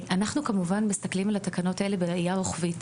אנחנו כמובן מסתכלים על התקנות האלה בראיה רוחבית.